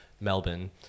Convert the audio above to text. Melbourne